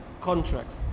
contracts